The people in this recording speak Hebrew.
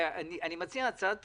אני מציע הצעת פשרה.